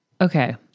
Okay